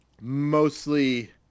mostly